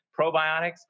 probiotics